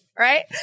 right